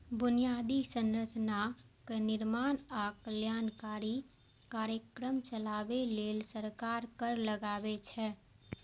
बुनियादी संरचनाक निर्माण आ कल्याणकारी कार्यक्रम चलाबै लेल सरकार कर लगाबै छै